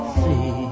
see